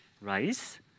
rice